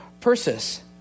Persis